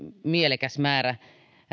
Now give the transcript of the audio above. mielekäs määrä